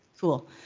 Cool